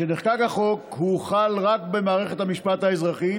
כשנחקק החוק הוא הוחל רק במערכת המשפט האזרחית,